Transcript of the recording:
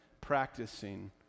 practicing